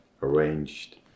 arranged